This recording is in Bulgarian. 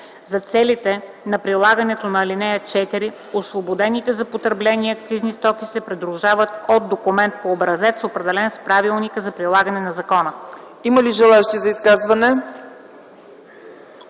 За целите на прилагане на ал. 4 освободените за потребление акцизни стоки се придружават от документ по образец, определен с правилника за прилагане на закона.” ПРЕДСЕДАТЕЛ ЦЕЦКА